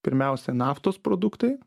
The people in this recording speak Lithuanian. pirmiausia naftos produktai